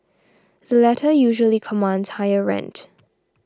the latter usually commands higher rent